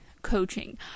coaching